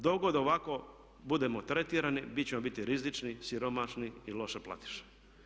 Dok god ovako budemo tretirani mi ćemo biti rizični, siromašni i loše platiše.